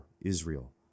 Israel